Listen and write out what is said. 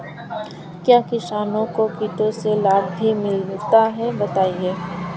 क्या किसानों को कीटों से लाभ भी मिलता है बताएँ?